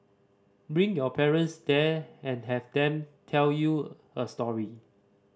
bring your parents there and have them tell you a story